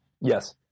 Yes